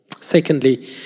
Secondly